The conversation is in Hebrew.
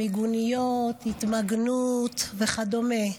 מיגוניות, התמגנות וכדומה.